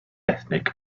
ethnic